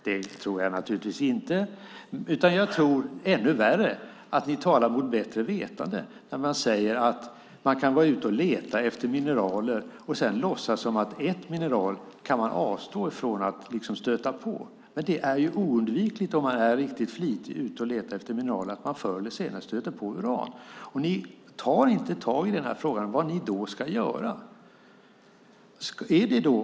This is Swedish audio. Det tror jag naturligtvis inte, utan jag tror, ännu värre, att ni talar mot bättre vetande och säger att man kan vara ute och leta efter mineraler och sedan låtsas att ett mineral kan man avstå från att stöta på. Det är oundvikligt när man letar efter mineraler att man förr eller senare stöter på uran. Ni tar inte tag i frågan vad ni då ska göra.